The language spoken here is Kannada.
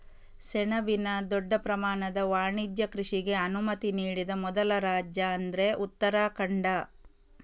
ಸೆಣಬಿನ ದೊಡ್ಡ ಪ್ರಮಾಣದ ವಾಣಿಜ್ಯ ಕೃಷಿಗೆ ಅನುಮತಿ ನೀಡಿದ ಮೊದಲ ರಾಜ್ಯ ಅಂದ್ರೆ ಉತ್ತರಾಖಂಡ